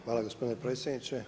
Hvala gospodine predsjedniče.